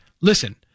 listen